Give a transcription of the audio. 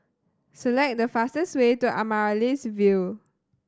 select the fastest way to Amaryllis Ville